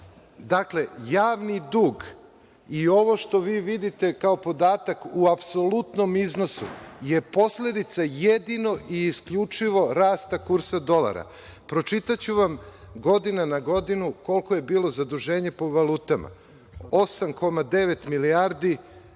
dakle, javni dug i ovo što vi vidite, kao podatak u apsolutnom iznosu, je posledica jedino i isključivo rasta kursa dolara. Pročitaću vam godina na godinu koliko je bilo zaduženje po valutama: 8,9 milijardi